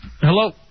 Hello